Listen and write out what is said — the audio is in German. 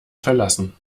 verlassen